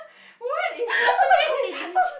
what is happening